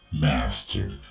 master